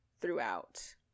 throughout